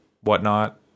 whatnot